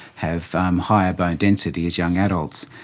have um higher bone density as young adults.